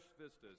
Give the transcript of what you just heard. vistas